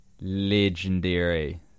Legendary